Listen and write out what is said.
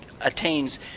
attains